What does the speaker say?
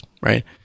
right